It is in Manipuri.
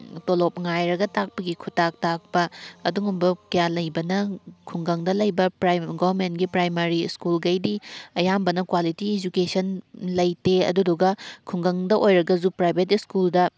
ꯇꯣꯂꯣꯞ ꯉꯥꯏꯔꯒ ꯇꯥꯛꯄꯒꯤ ꯈꯨꯇꯥꯛ ꯇꯥꯛꯄ ꯑꯗꯨꯒꯨꯝꯕ ꯀꯌꯥ ꯂꯩꯕꯅ ꯈꯨꯡꯒꯪꯗ ꯂꯩꯕ ꯒꯣꯃꯦꯟꯒꯤ ꯄ꯭ꯔꯥꯏꯃꯥꯔꯤ ꯁ꯭ꯀꯨꯜꯈꯩꯗꯤ ꯑꯌꯥꯝꯕꯅ ꯀ꯭ꯋꯥꯂꯤꯇꯤ ꯏꯖꯨꯀꯦꯁꯟ ꯂꯩꯇꯦ ꯑꯗꯨꯗꯨꯒ ꯈꯨꯡꯒꯪꯗ ꯑꯣꯏꯔꯒꯁꯨ ꯄ꯭ꯔꯥꯏꯚꯦꯠ ꯁ꯭ꯀꯨꯜꯗ